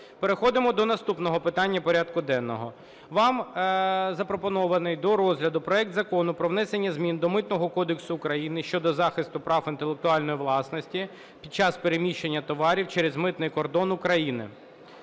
Переходимо до наступного питання порядку денного. Вам запропонований до розгляду проект Закону про внесення змін до Митного кодексу України щодо захисту прав інтелектуальної власності під час переміщення товарів через митний кордон України,